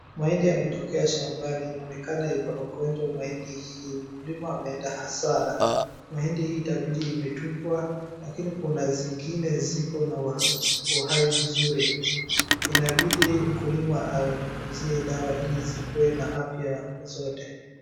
Mahindi yametokea shambani. Inaonekana iko na ugonjwa mahindi hii. Mkulima ameenda hasara. Mahindi hii itabidi imetupwa, lakini kuna zingine ziko na uhai mzuri. Inabidi mkulima anyunyuzie dawa ili zikuwe na afya zote.